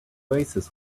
oasis